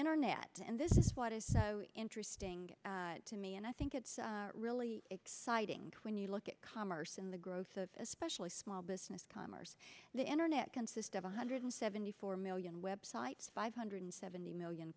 internet and this is what is so interesting to me and i think it's really exciting when you look at commerce in the growth of especially small business commerce the internet consist of one hundred seventy four million web sites five hundred seventy million